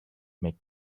make